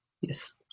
Yes